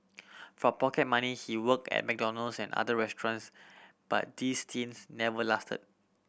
for pocket money he worked at McDonald's and other restaurants but these stints never lasted